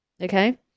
Okay